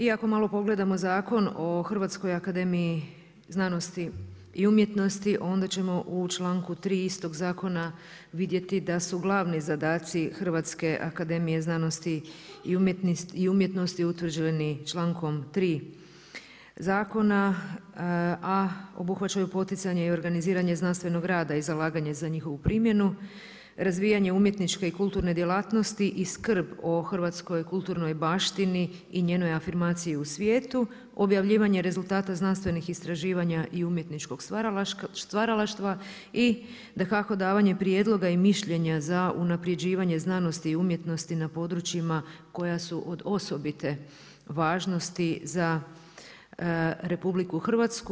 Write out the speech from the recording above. I ako malo pogledamo Zakon o Hrvatskoj akademiji znanosti i umjetnosti onda ćemo u članku 3. istog zakona vidjeti da su glavni zadaci Hrvatske akademije znanosti i umjetnosti utvrđeni člankom 3. zakona, a obuhvaćaju poticanje i organiziranje znanstvenog rada i zalaganje za njihovu primjenu, razvijanje umjetničke i kulturne djelatnosti i skrb o hrvatskoj kulturni baštini i njenoj afirmaciji u svijetu, objavljivanje rezultata znanstvenih istraživanja i umjetničkog stvaralaštva i dakako davanje prijedloga i mišljenja za unaprjeđivanje znanosti i umjetnosti na područjima koja su od osobite važnosti za RH.